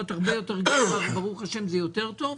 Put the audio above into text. הרבה יותר גרוע וברוך ה' זה יותר טוב,